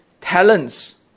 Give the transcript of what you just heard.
talents